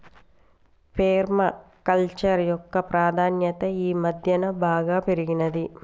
పేర్మ culture యొక్క ప్రాధాన్యత ఈ మధ్యన బాగా పెరిగినాది